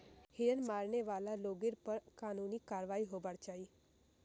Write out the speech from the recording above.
हिरन मारने वाला लोगेर पर कानूनी कारवाई होबार चाई